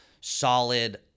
solid